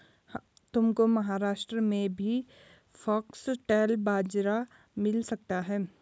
तुमको महाराष्ट्र में भी फॉक्सटेल बाजरा मिल सकता है